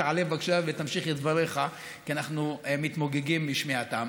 תעלה בבקשה ותמשיך את דבריך כי אנחנו מתמוגגים משמיעתם.